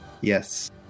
Yes